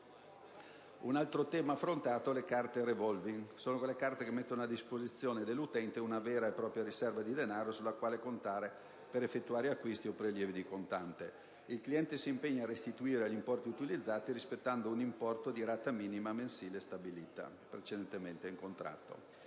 Un altro tema affrontato è quello delle carte *revolving*. Sono carte che mettono a disposizione dell'utente una vera e propria riserva di denaro sulla quale contare per effettuare acquisti o prelievi di contante. Il cliente si impegna a restituire gli importi utilizzati rispettando un importo di rata minima mensile stabilita precedentemente in contratto.